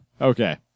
Okay